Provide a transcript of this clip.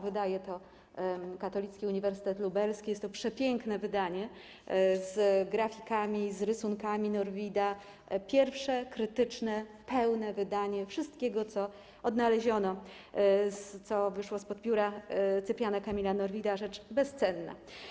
Wydaje je Katolicki Uniwersytet Lubelski i jest to przepiękne wydanie z grafikami, rysunkami Norwida, pierwsze krytyczne, pełne wydanie wszystkiego, co odnaleziono, co wyszło spod pióra Cypriana Kamila Norwida, rzecz bezcenna.